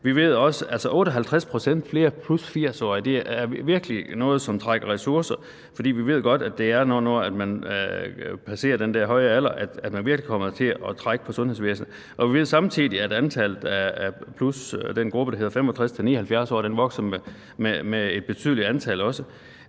Vi ved også, at 58 pct. flere +80-årige virkelig er noget, som trækker ressourcer, for vi ved godt, at det er sådan, at når man passerer den der høje alder, kommer man virkelig til at trække på sundhedsvæsenet. Vi ved samtidig, at antallet af den gruppe, der hedder 65-79-årige, også